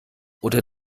oder